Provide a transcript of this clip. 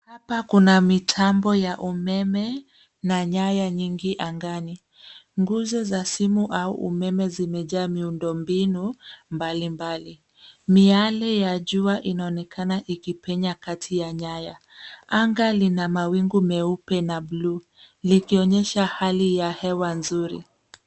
Hapa kuna mitambo ya umeme na nyaya nyingi angani. Nguzo za simu au umeme zimejaa miundo mbinu mbalimbali. Miale ya jua ineonekana ikipenya kati ya nyaya. Anga lina mawingu meupe na buluu, likionyesha hali ya hewa nzuri.